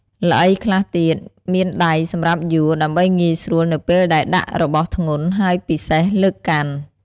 ល្អីខ្លះទៀតមានដៃសម្រាប់យួរ ដើម្បីងាយស្រួលនៅពេលដែលដាក់របស់ធ្ងន់ ហើយពិសេសលើកកាន់។